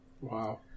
Wow